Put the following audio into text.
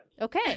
Okay